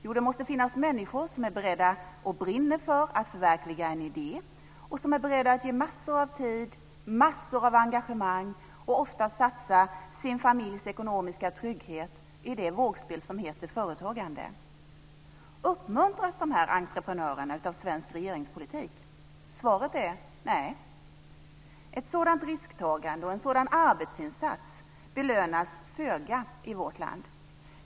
Jo, det måste finnas människor som brinner för att förverkliga en idé och som är beredda att ge massor av tid, massor av engagemang och ofta satsa sin familjs ekonomiska trygghet i det vågspel som heter företagande. Uppmuntras dessa entreprenörer av svensk regeringspolitik? Svaret är nej. Ett sådant risktagande och en sådan arbetsinsats belönas föga i vårt land.